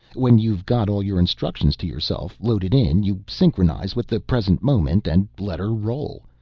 when you've got all your instructions to yourself loaded in, you synchronize with the present moment and let her roll.